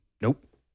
Nope